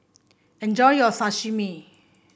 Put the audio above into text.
enjoy your Sashimi